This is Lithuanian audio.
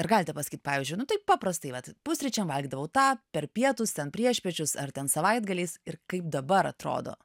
ar galite pasakyt pavyzdžiui nu taip paprastai vat pusryčiam valgydavau tą per pietus ten priešpiečius ar ten savaitgaliais ir kaip dabar atrodo